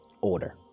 order